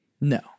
No